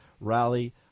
rally